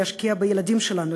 להשקיע בילדים שלנו,